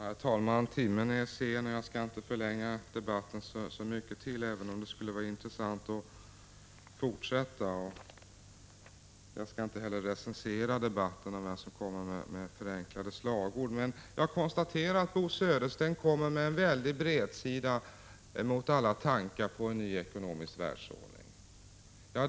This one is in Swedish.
Herr talman! Timmen är sen, och jag skall inte förlänga debatten så mycket till även om det skulle vara intressant att fortsätta. Jag skall inte heller recensera debatten om förenklade slagord, men jag konstaterar att Bo Södersten kommer med en väldig bredsida mot alla tankar på ny ekonomisk världsordning.